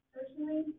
Personally